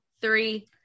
three